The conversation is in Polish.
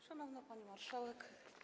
Szanowna Pani Marszałek!